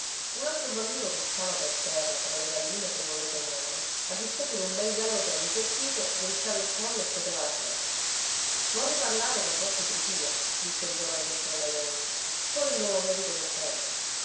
un altro bambino ruzzava per terra tra le galline che non lo temevano a dispetto dun bel gallo che impettito drizzava il collo e scoteva la cresta vorrei parlare con rocco trupìa disse il giovane dottore alla donna sono il nuovo medico del paese